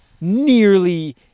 nearly